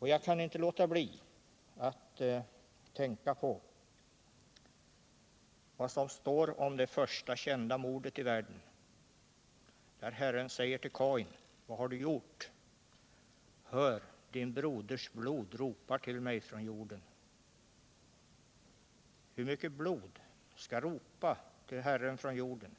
Jag kan inte låta bli att tänka på vad som står i Bibeln om det första kända mordet i världen, när Herren säger till Kain: ”Vad har du gjort! Hör, din broders blod ropar till mig från jorden.” Hur mycket blod skall ropa till Herren från jorden,